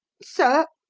sir!